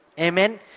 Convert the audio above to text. Amen